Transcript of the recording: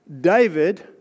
David